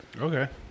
Okay